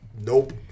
nope